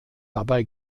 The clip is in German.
dabei